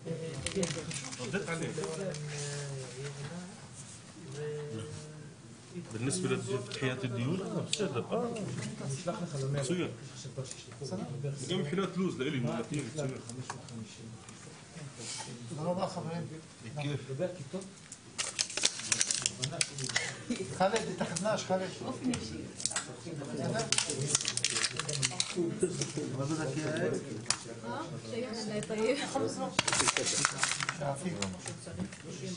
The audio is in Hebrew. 13:49.